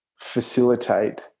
facilitate